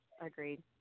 agreed